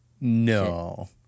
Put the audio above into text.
No